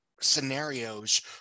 scenarios